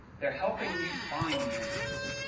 they're helping you find the images,